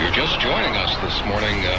joining us this morning